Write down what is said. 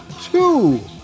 two